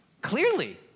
Clearly